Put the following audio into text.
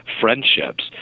friendships